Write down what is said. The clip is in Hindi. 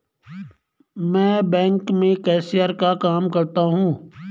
मैं बैंक में कैशियर का काम करता हूं